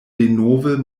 denove